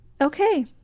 okay